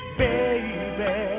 baby